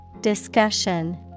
Discussion